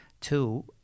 Two